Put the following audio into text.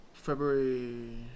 february